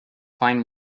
find